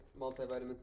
multivitamin